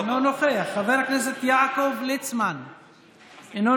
נא לאפשר לחברת הכנסת אורלי לוי להודיע הודעה אישית.